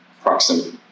proximity